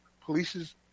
police's